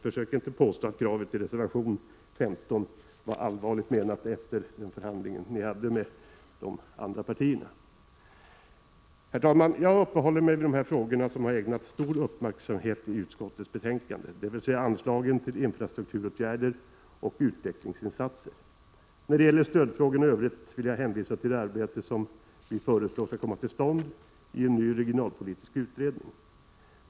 Försök inte att efter den förhandling ni förde med de andra partierna påstå att kravet i reservation nr 15 var allvarligt menat! Herr talman! Jag har uppehållit mig vid de frågor som har ägnats stor uppmärksamhet i utskottets betänkande, dvs. anslagen till infrastrukturåtgärder och utvecklingsinsatser. När det gäller stödfrågorna i övrigt vill jag hänvisa till det arbete som vi föreslår skall komma till stånd i en ny regionalpolitisk utredning.